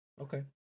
Okay